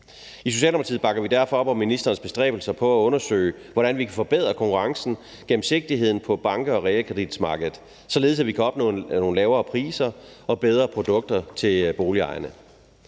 I Socialdemokratiet bakker vi derfor op om ministerens bestræbelser på at undersøge, hvordan vi kan forbedre konkurrencen og gennemsigtigheden på bank- og realkreditmarkedet, således at vi kan opnå nogle lavere priser og bedre produkter til boligejerne.